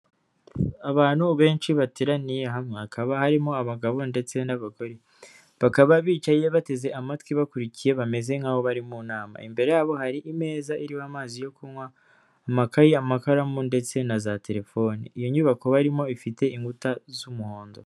Abantu benshi bateraniye hamwe hakaba harimo abagabo ndetse n'abagore, bakaba bicaye bateze amatwi bakurikiye bameze nk'aho bari mu nama, imbere yabo hari imeza iriho amazi yo kunywa, amakayi, amakaramu ndetse na za telefoni, iyo nyubako barimo ifite inkuta z'umuhondo.